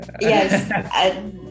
Yes